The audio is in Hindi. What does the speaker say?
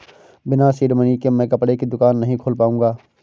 बिना सीड मनी के मैं कपड़े की दुकान नही खोल पाऊंगा